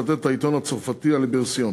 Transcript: המצטט את העיתון הצרפתי "ליברסיון".